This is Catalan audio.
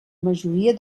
majoria